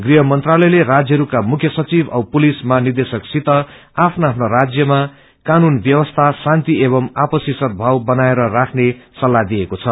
गृहमंत्रालयले राज्यहरूका मुख्य संघिव औ पुलिस महानिदेशकसित आफ्ना आफ्ना राज्यमा कानून व्यवस्था शान्ति एवम् आफसी सदभाव बनाएर राख्ने सल्लाइ दिएको छ